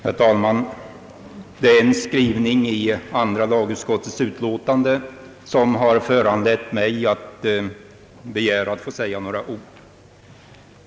Herr talman! Det är en skrivning i andra lagutskottets utlåtande som har föranlett mig att begära att få säga några ord.